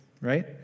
right